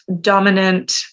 dominant